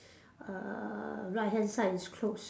uh right hand side is close